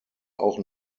auch